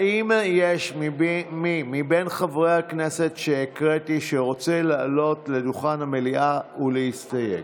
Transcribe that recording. האם יש מי מבין חברי הכנסת שהקראתי שרוצה לעלות לדוכן המליאה ולהסתייג?